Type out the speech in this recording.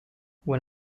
when